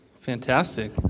Fantastic